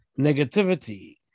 negativity